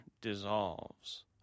dissolves